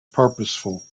purposeful